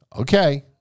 okay